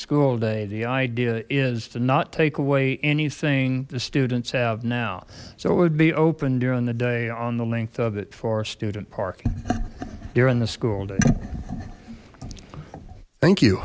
school day the idea is to not take away anything the students have now so it would be open during the day on the length of it for student parking during the school day thank you